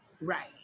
right